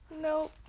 No